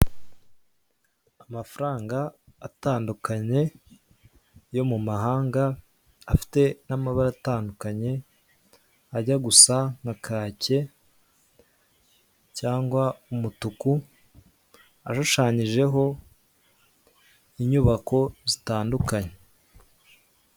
Amafaranga atandukanye yo mu mahanga afite n'amabara atandukanye ajya gusa nka kacye cyangwa umutuku ashushanyijeho inyubako zitandukanye.